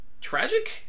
tragic